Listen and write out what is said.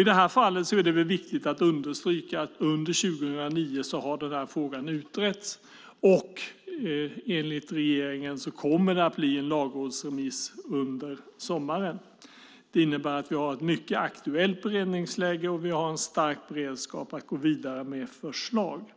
I det här fallet är det viktigt att understryka att den frågan har utretts under 2009, och enligt regeringen kommer det att bli en lagrådsremiss under sommaren. Det innebär att vi har ett mycket aktuellt beredningsläge, och vi har en stark beredskap för att gå vidare med förslag.